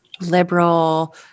liberal